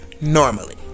Normally